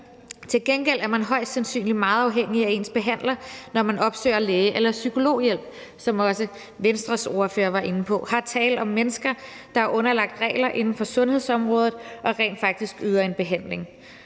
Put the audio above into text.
Til gengæld er man højst sandsynligt meget afhængig af ens behandler, når man opsøger læge- eller psykologhjælp, som også Venstres ordfører var inde på. Her er tale om mennesker, der er underlagt regler inden for sundhedsområdet og rent faktisk yder en behandling.